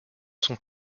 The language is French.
son